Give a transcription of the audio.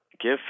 give